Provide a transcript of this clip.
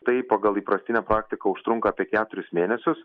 tai pagal įprastinę praktiką užtrunka apie keturis mėnesius